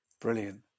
Brilliant